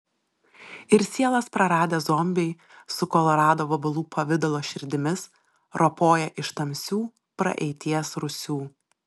ir sielas praradę zombiai su kolorado vabalų pavidalo širdimis ropoja iš tamsių praeities rūsių